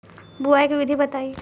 बुआई के विधि बताई?